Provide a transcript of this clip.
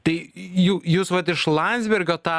tai jū jūs vat iš landsbergio tą